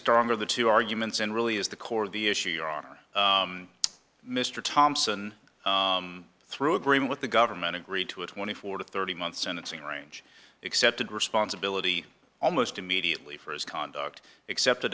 stronger of the two arguments and really is the core of the issue your honor mr thompson through agreement with the government agreed to a twenty four to thirty month sentencing range accepted responsibility almost immediately for his conduct except